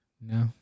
No